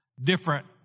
different